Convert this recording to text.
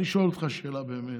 ואני שואל אותך שאלה באמת,